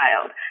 child